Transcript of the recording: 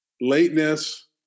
lateness